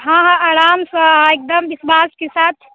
हँ हँ आराम सँ एकदम विश्वास के साथ